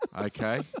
Okay